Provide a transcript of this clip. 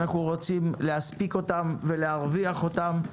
ואנחנו רוצים להספיק אותם ולהרוויח אותם,